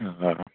آ